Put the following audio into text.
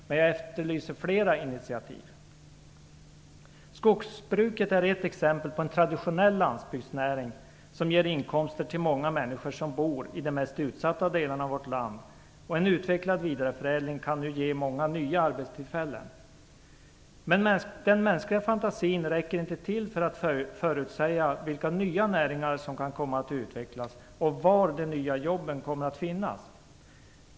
Men jag efterlyser flera initiativ. Skogsbruket är ett exempel på en traditionell landsbygdsnäring som ger inkomster till många människor som bor i de mest utsatta delarna av vårt land. En utvecklad vidareförädling kan nu ge många nya arbetstillfällen. Den mänskliga fantasin räcker inte till för att förutsäga vilka nya näringar som kan komma att utvecklas och var de nya jobben kommer att finnas.